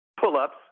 Pull-ups